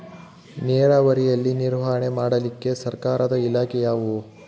ನೇರಾವರಿಯಲ್ಲಿ ನಿರ್ವಹಣೆ ಮಾಡಲಿಕ್ಕೆ ಸರ್ಕಾರದ ಇಲಾಖೆ ಯಾವುದು?